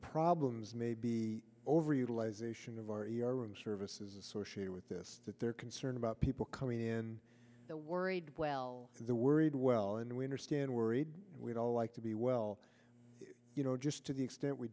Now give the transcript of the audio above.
problems may be over utilization of our services associated with this that they're concerned about people coming in the worried well the worried well and we understand worried we'd all like to be well you know just to the extent we